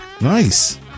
Nice